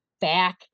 back